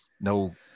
no